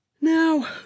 now